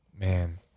man